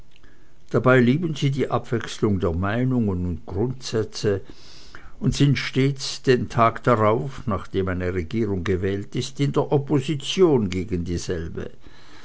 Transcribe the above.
dabei lieben sie die abwechselung der meinungen und grundsätze und sind stets den tag darauf nachdem eine regierung gewählt ist in der opposition gegen dieselbe